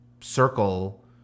circle